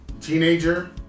teenager